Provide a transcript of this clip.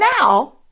now